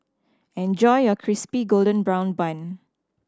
enjoy your Crispy Golden Brown Bun